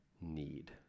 need